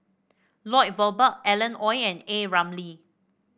Lloyd Valberg Alan Oei and A Ramli